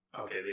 Okay